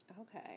Okay